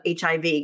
HIV